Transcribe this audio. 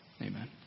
Amen